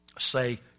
say